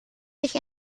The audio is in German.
sich